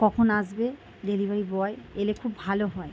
কখন আসবে delivery boy এলে খুব ভালো হয়